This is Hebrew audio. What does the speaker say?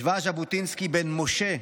השווה ז'בוטינסקי בין משה,